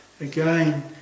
Again